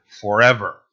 forever